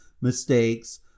mistakes